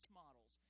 models